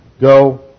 go